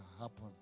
happen